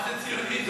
מה-זה ציונית.